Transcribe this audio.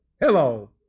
Hello